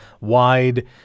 wide